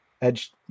Edge